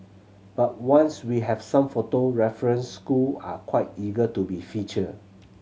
but once we have some photo references school are quite eager to be featured